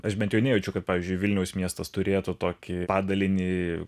aš bent jau nejaučiu kad pavyzdžiui vilniaus miestas turėtų tokį padalinį